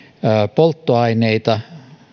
polttoaineita